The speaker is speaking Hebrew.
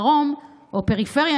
הדרום או הפריפריה,